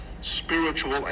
spiritual